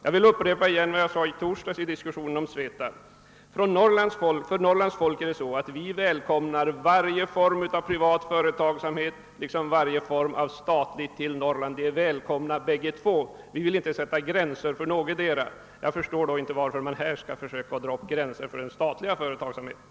Jag upprepar vad jag sade i torsdags i diskussionen om SVETAB: Vi i Norrland välkomnar varje form av privat företagsamhet liksom varje form av statlig företagsamhet till Norrland. Jag förstår då inte varför man här skall försöka dra upp gränser för den statliga företagsamheten.